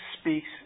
speaks